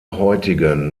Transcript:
heutigen